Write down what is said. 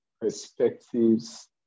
Perspectives